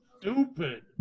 Stupid